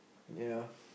ya